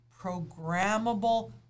Programmable